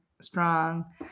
strong